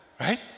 right